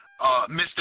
Mr